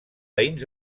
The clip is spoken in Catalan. veïns